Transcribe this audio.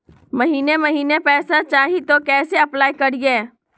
महीने महीने पैसा चाही, तो कैसे अप्लाई करिए?